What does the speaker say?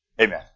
Amen